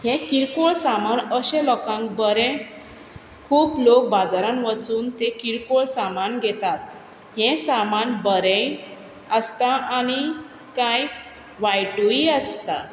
हें किरकोळ सामान अशा लोकांक बरें खूब लोक बाजारान वचून तें किरकोळ सामान घेतात हें सामान बरेंय आसता आनी कांय वायटूय आसता